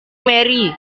mary